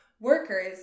Workers